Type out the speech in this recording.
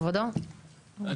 היה